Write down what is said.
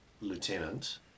Lieutenant